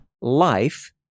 life